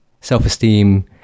self-esteem